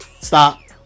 stop